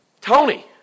Tony